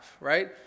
right